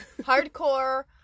Hardcore